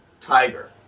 tiger